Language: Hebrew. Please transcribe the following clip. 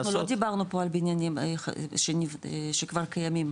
--- אנחנו לא דיברנו פה על בניינים שכבר קיימים,